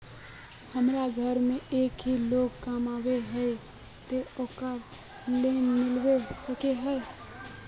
हमरा घर में एक ही लोग कमाबै है ते ओकरा लोन मिलबे सके है?